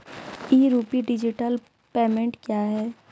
ई rupee digital payment क्या हैं?